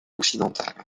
occidentale